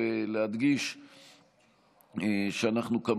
(הגבלת פעילות של מוסדות המקיימים פעילות חינוך) (תיקון מס' 25),